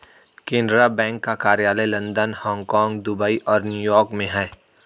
Canara bank का कार्यालय London Hong Kong Dubai और न्यू यॉर्क में है